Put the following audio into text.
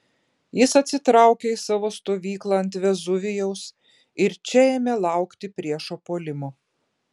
jis atsitraukė į savo stovyklą ant vezuvijaus ir čia ėmė laukti priešo puolimo